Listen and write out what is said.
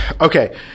okay